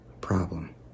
problem